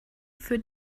für